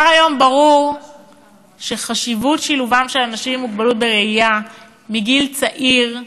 היום כבר ברור שחשיבות השילוב של אנשים עם מוגבלות בראייה מגיל צעיר,